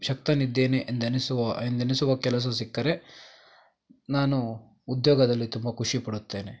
ಶಕ್ತನಿದ್ದೇನೆ ಎಂದೆನಿಸುವ ಎಂದೆನಿಸುವ ಕೆಲಸ ಸಿಕ್ಕರೆ ನಾನು ಉದ್ಯೋಗದಲ್ಲಿ ತುಂಬ ಖುಷಿಪಡುತ್ತೇನೆ